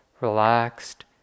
relaxed